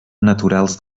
naturals